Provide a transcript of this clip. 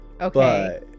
Okay